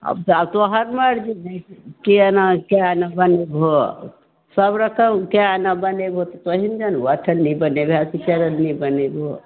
अब जा तोहार मर्जी की आना कै आना बनबेबहो सब रकमके ने बनेबहो तऽ तोहि ने जनबहो अट्ठन्नी बनेबहो कि चरन्नी बनेबहो